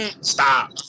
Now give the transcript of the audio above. Stop